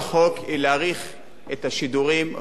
5). המטרה של החוק היא להאריך את השידורים,